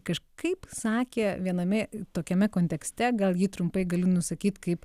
kažkaip sakė viename tokiame kontekste gal jį trumpai galiu nusakyt kaip